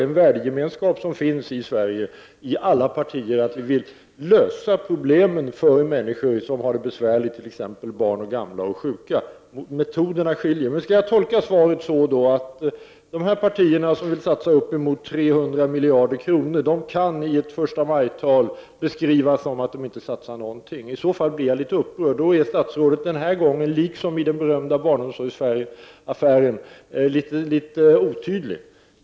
Det är en värdegemenskap mellan alla partier i Sverige, att vi vill lösa problemen för människor som har det besvärligt, t.ex. barn, gamla och sjuka. Det är bara metoderna som skiljer. Skall jag då tolka statsrådets svar så, att dessa partier som vill satsa upp emot 300 miljarder kronor kan i ett förstamajtal beskrivas som att de inte vill satsa någonting? I så fall blir jag litet upprörd. Då framstår statsrådet den här gången — liksom när det gäller den berömda barnomsorgsfrågan — litet otydlig.